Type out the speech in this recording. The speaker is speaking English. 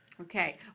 Okay